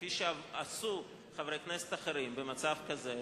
כפי שעשו חברי כנסת אחרים במצב כזה.